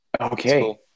Okay